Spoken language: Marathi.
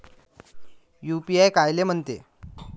यू.पी.आय कायले म्हनते?